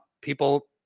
people